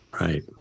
Right